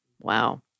Wow